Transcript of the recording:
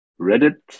Reddit